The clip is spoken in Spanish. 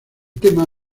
tema